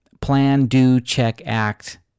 plan-do-check-act